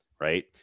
Right